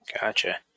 Gotcha